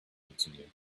continued